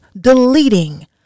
deleting